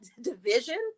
division